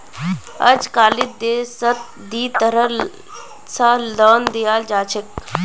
अजकालित देशत दी तरह स लोन दियाल जा छेक